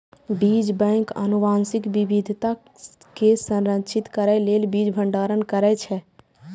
बीज बैंक आनुवंशिक विविधता कें संरक्षित करै लेल बीज भंडारण करै छै